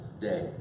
day